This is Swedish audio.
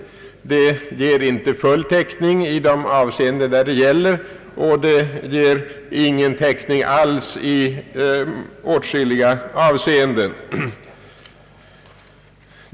Försäkringarna ger inte full täckning i de avseenden de gäller, och de ger ingen täckning alls i åtskilliga avseenden.